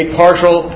partial